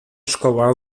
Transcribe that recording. szkoła